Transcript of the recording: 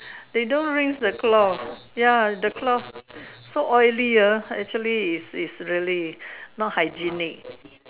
they don't rinse the cloth ya the cloth so oily ah actually it's it's really not hygienic